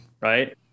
Right